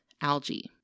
algae